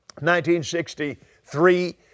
1963